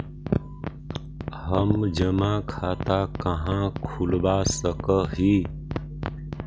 हम जमा खाता कहाँ खुलवा सक ही?